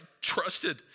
trusted